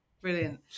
Brilliant